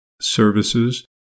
services